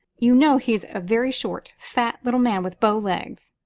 you know he's a very short, fat little man with bow legs.